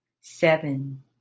seven